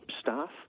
staff